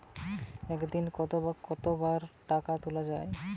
একদিনে কতবার টাকা তোলা য়ায়?